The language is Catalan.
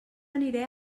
aniré